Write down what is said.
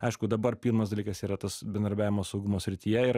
aišku dabar pirmas dalykas yra tas bendradarbiavimas saugumo srityje ir